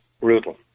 Brutal